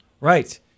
Right